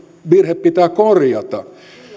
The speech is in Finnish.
verotusvirhe pitää korjata